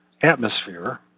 atmosphere